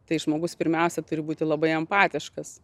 tai žmogus pirmiausia turi būti labai empatiškas